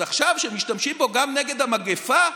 אז עכשיו, כשמשתמשים בו גם נגד המגפה,